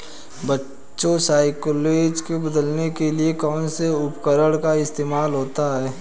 बच्चों साइलेज को बदलने के लिए कौन से उपकरण का इस्तेमाल होता है?